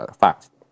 fact